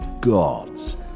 gods